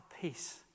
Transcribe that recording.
peace